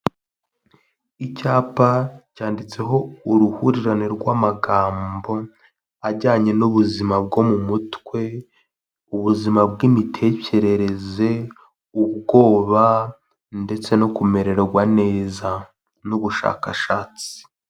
Icyapa cyanditseho uruhurirane rw'amagambo ajyanye n'ubuzima bwo mu mutwe, ubuzima bw'imitekerereze, ubwoba ndetse no kumererwa neza n'ubushakashatsi.